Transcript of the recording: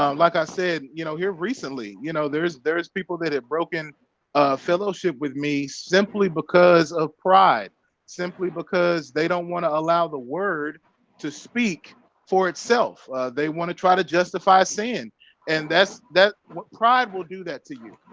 um like i said, you know here recently, you know, there's there's people that have broken fellowship with me simply because of pride simply because they don't want to allow the word to speak for itself they want to try to justify saying and that's that what cried will do that to you?